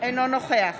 אינו נוכח